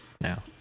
now